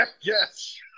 yes